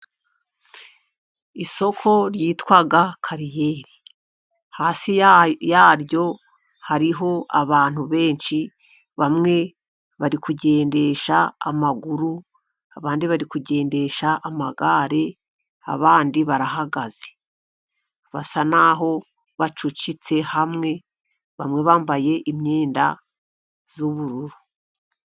Isoko ryitwa Kaririyeri, hasi yaryo hari abantu benshi: bamwe bari kugendesha amaguru, abandi bari kugendesha amagare, abandi barahagaze basa n'aho bacucitse hamwe, bamwe bambaye imyenda y'ubururu.